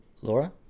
Laura